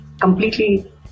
completely